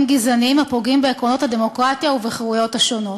גזעניים הפוגעים בעקרונות הדמוקרטיה ובחירויות שונות.